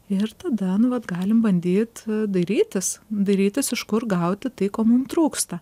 ir tada nu vat galim bandyt dairytis dairytis iš kur gauti tai ko mum trūksta